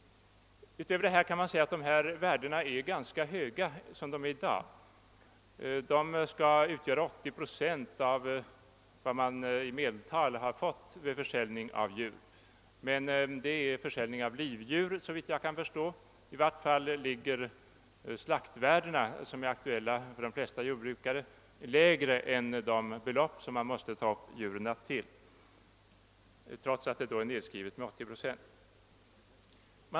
Dessutom kan sägas att värdena är ganska höga redan i dag. De skall utgöra 80 procent av genomsnittspriserna vid försäljning av djur men, såvitt jag förstår, gäller det försäljning av livdjur. I varje fall ligger slaktvärdena, som är aktuella för de flesta jordbrukare, lägre än de belopp som djuren måste tas upp till trots nedskrivning med 80 procent.